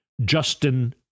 Justin